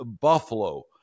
Buffalo